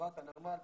חברת הנמל,